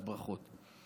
ברכות.